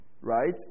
right